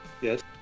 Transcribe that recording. Yes